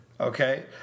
Okay